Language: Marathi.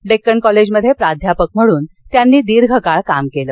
डेक्कन कॉलेजमध्ये प्राध्यापक म्हणून त्यांनी दीर्घकाळ काम केलं